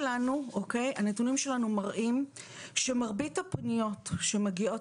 הנתונים שלנו מראים שמרבית הפניות שמגיעות